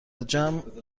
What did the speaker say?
جمع